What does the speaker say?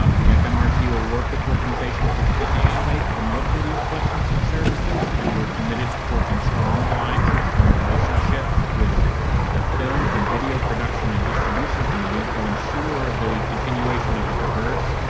ah the fmrt will work with organizations within ala to promote video collections and services and we are committed to forging strong alliances and relationships with the film and video production and distribution community to ensure the continuation of a diverse,